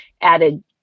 added